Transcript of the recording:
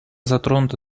затронута